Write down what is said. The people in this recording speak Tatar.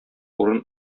урын